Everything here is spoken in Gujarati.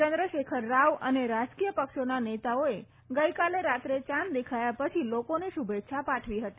ચંદ્રશેખર રાવ અને રાજકીય પક્ષોના નેતાઓએ ગઇકાલે રાત્રે ચાંદ દેખાયા પછી લોકોને શુભેચ્છા પાઠવી હતી